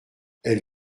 elle